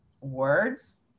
words